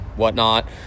whatnot